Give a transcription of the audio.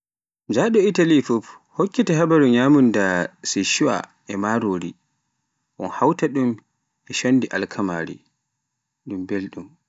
Njaɗo Italy fuf hokkete habaaru nyamunda Sichua e marori, un hawta ɗum e shondi alkamari, ɗum belɗum.